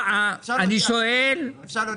אפשר להודיע.